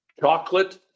chocolate